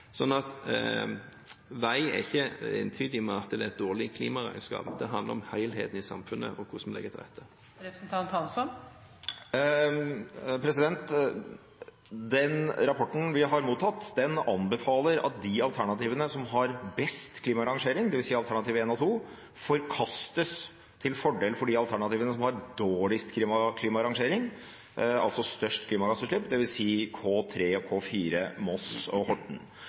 er ikke ensbetydende med et dårlig klimaregnskap. Det handler om helheten i samfunnet og hvordan vi legger til rette. Den rapporten vi har mottatt, anbefaler at de alternativene som har best klimarangering, dvs. alternativene 1 og 2, forkastes til fordel for de alternativene som har dårligst klimarangering, altså størst klimagassutslipp,